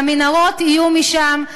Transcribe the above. והמנהרות יהיו משם,